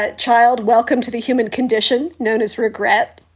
ah child, welcome to the human condition known as regret.